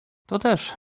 toteż